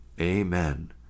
Amen